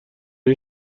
این